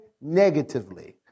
negatively